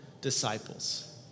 disciples